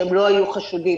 שהם לא היו חשודים,